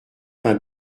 pain